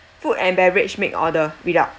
food and beverage make order read out